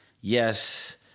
yes